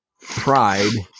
pride